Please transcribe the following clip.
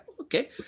okay